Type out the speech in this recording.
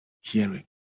hearing